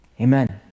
Amen